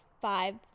five